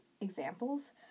examples